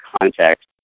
context